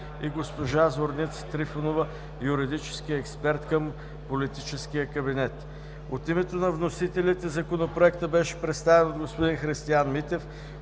и госпожа Зорница Трифонова – юридически експерт към политическия кабинет. От името на вносителите Законопроектът беше представен от господин Христиан Митев,